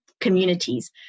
communities